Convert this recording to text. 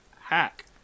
hack